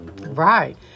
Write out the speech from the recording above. Right